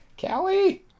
Callie